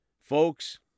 Folks